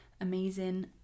amazing